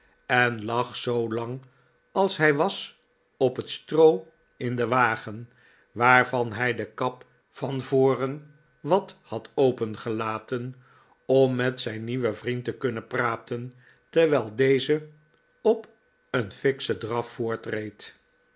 en lag zoo lang als hij was op het stroo in den wagen waarvan hij de kap van voren wat had open gelaten om met zijn nieuwen vriend te kunnen praten terwijl deze op een fikschen draf